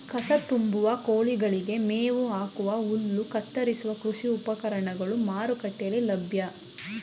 ಕಸ ತುಂಬುವ, ಕೋಳಿಗಳಿಗೆ ಮೇವು ಹಾಕುವ, ಹುಲ್ಲು ಕತ್ತರಿಸುವ ಕೃಷಿ ಉಪಕರಣಗಳು ಮಾರುಕಟ್ಟೆಯಲ್ಲಿ ಲಭ್ಯ